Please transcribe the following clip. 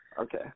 Okay